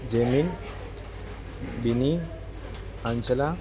Jemin Bini അഞ്ചലാ